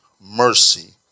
Mercy